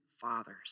fathers